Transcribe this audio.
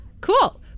cool